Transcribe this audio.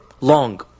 long